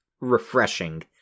refreshing